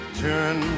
turn